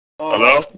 Hello